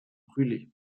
brûlés